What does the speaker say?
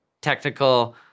technical